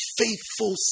faithful